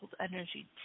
energy